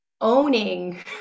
owning